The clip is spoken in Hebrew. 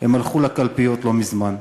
הם הלכו לקלפיות לא מזמן.